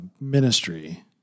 ministry